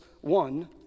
one